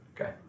okay